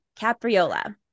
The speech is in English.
Capriola